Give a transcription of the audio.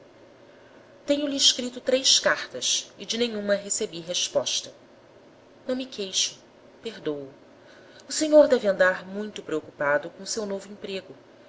bilhete tenho-lhe escrito três cartas e de nenhuma recebi resposta não me queixo perdôo o senhor deve andar muito preocupado com o seu novo emprego